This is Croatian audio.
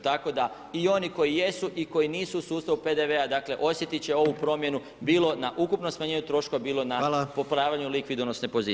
Tako da i oni koji jesu i koji nisu u sustavu PDV-a osjetit će ovu promjenu bilo na ukupno smanjenje troškova bilo na popravljanju likvidonosne pozicije.